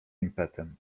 impetem